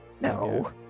no